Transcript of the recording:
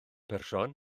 person